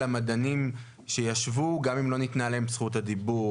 למדענים גם אם לא ניתנה להם זכות הדיבור.